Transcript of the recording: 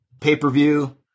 pay-per-view